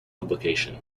publication